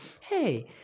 hey